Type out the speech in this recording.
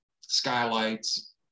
skylights